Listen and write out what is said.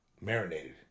marinated